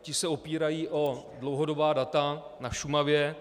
Ti se opírají o dlouhodobá data na Šumavě.